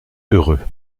heureux